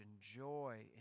joy